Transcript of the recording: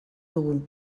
dugu